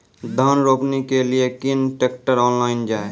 धान रोपनी के लिए केन ट्रैक्टर ऑनलाइन जाए?